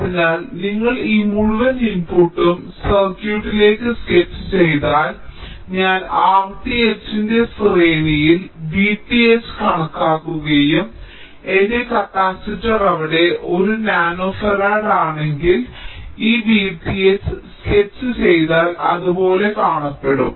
അതിനാൽ നിങ്ങൾ ഈ മുഴുവൻ ഇൻപുട്ടും സർക്യൂട്ടിലേക്ക് സ്കെച്ച് ചെയ്താൽ അങ്ങനെ ഞാൻ R t h ന്റെ ശ്രേണിയിൽ V t h കണക്കാക്കുകയും എന്റെ കപ്പാസിറ്റർ അവിടെ 1 നാനോഫറാഡ് ആണെങ്കിൽ ഞാൻ ഈ V t h സ്കെച്ച് ചെയ്താൽ അത് പോലെ കാണപ്പെടും